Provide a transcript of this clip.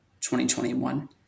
2021